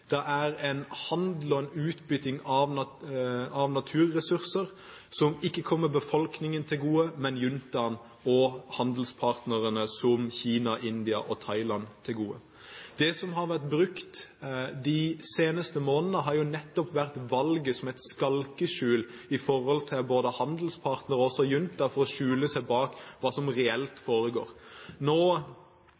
det er en handel og en utbytting av naturressurser som ikke kommer befolkningen til gode, men derimot juntaen og handelspartnerne, som Kina, India og Thailand. Det som har vært brukt de seneste månedene, har vært valget, som et skalkeskjul for både handelspartnere og junta for å skjule hva som reelt